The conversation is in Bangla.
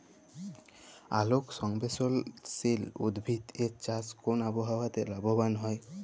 আলোক সংবেদশীল উদ্ভিদ এর চাষ কোন আবহাওয়াতে লাভবান হয়?